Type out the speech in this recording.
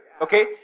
Okay